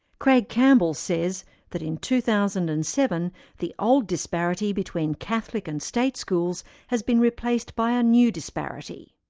craig campbell says that in two thousand and seven the old disparity between catholic and state schools has been replaced by a new disparity.